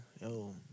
yo